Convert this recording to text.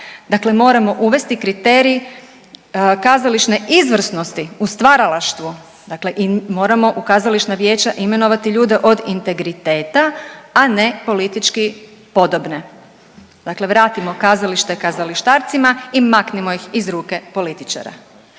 dakle moramo uvesti kriterij kazališne izvrsnosti u stvaralaštvu, dakle i moramo u kazališna vijeća imenovati ljude od integriteta, a ne politički podobne, dakle vratimo kazalište kazalištarcima i maknimo ih iz ruke političara.